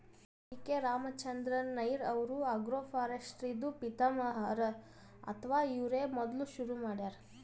P K Ramachandran Nair ಅವ್ರು agroforestry ದೂ ಪಿತಾಮಹ ಹರಾ ಅಥವಾ ಇವ್ರೇ ಮೊದ್ಲ್ ಶುರು ಮಾಡ್ಯಾರ್